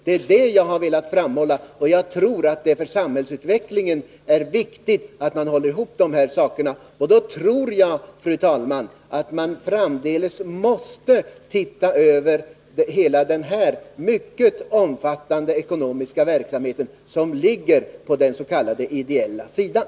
Det är det jag velat framhålla, och jag tror att det för samhällsutvecklingen är viktigt att man håller ihop dessa saker. Och då tror jag, fru talman, att man framdeles måste titta över den mycket omfattande ekonomiska verksamhet som ligger på den ideella sidan.